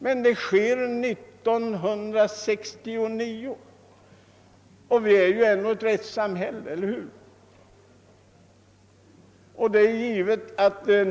Detta har skett 1969 i vad som väl ändå är ett rättssamhälle — eller hur?